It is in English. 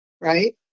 right